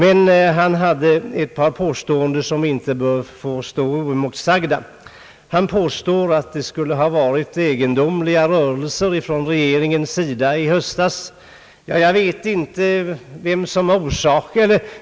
Ett par av hans påståenden bör dock inte stå oemotsagda. Han sade att regeringen i höstas skulle ha gjort egendomliga rörelser.